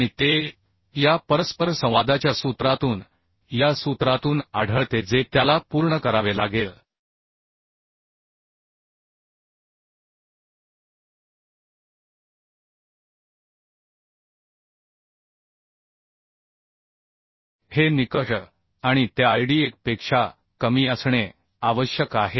आणि ते या परस्परसंवादाच्या सूत्रातून या सूत्रातून आढळते जे त्याला पूर्ण करावे लागेल हे निकष आणि ते आयडी1 पेक्षा कमी असणे आवश्यक आहे